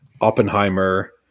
Oppenheimer